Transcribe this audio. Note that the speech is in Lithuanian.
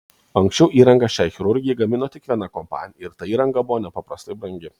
anksčiau įrangą šiai chirurgijai gamino tik viena kompanija ir ta įranga buvo nepaprastai brangi